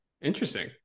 interesting